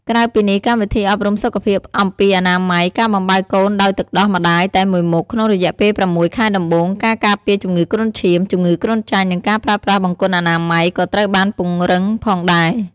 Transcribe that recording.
ក្រៅពីនេះ កម្មវិធីអប់រំសុខភាព អំពីអនាម័យ ការបំបៅកូនដោយទឹកដោះម្តាយតែមួយមុខក្នុងរយៈពេល ៦ ខែដំបូង ការការពារជំងឺគ្រុនឈាម ជំងឺគ្រុនចាញ់ និងការប្រើប្រាស់បង្គន់អនាម័យ ក៏ត្រូវបានពង្រឹងផងដែរ។